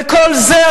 וכל זה,